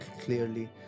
clearly